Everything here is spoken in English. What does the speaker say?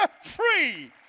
free